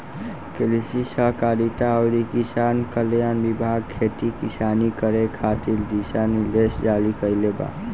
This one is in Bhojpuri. कृषि सहकारिता अउरी किसान कल्याण विभाग खेती किसानी करे खातिर दिशा निर्देश जारी कईले बा